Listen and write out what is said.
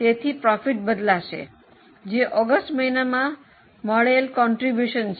તેથી નફો બદલાશે જે ઓગસ્ટ મહિનામાં મળેલ ફાળો છે